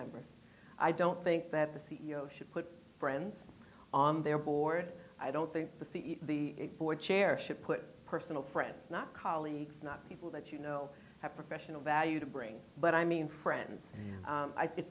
members i don't think that the c e o should put friends on their board i don't think that the board chair should put personal friends not colleagues not people that you know have professional value to bring but i mean friends